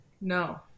No